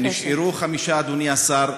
נשארו חמש, אדוני השר.